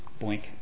Boink